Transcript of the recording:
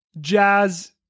Jazz